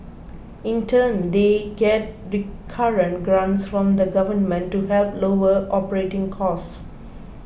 in turn they get recurrent grants from the Government to help lower operating costs